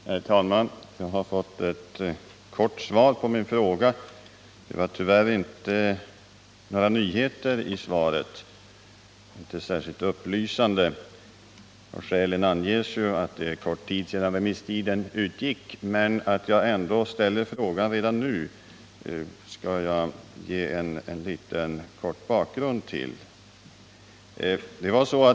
Herr talman! Jag har fått ett kort svar på min fråga. Det fanns tyvärr inte några nyheter i svaret, och det var inte särskilt upplysande. Skälet härtill anges ju: det är kort tid sedan remisstiden utgick. Att jag ändå ställt frågan redan nu skall jag ge en kort bakgrund till.